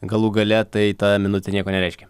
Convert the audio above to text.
galų gale tai ta minutė nieko nereiškia